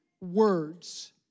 words